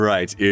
Right